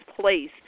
place